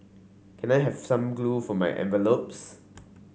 can I have some glue for my envelopes